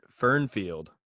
fernfield